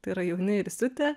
tai yra jauni ir įsiutę